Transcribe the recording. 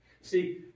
See